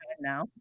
now